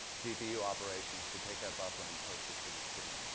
gpu operations, to take that buffer and post it to the screen.